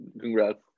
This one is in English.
Congrats